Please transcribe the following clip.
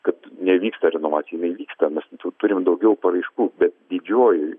kad nevyksta renovacija jinai vyksta mes turim daugiau paraiškų bet didžioji